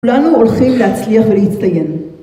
כולנו הולכים להצליח ולהצטיין.